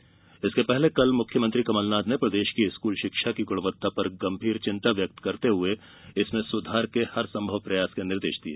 कमलनाथ इससे पहले कल मुख्यमंत्री कमल नाथ ने प्रदेश की स्कूल शिक्षा की गुणवत्ता पर गंभीर चिंता व्यक्त करते हुए इसमें सुधार के हर संभव प्रयास करने के निर्देश दिए